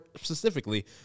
specifically